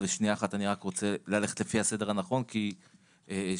אני רק רוצה ללכת לפי הסדר הנכון כדי שנספיק.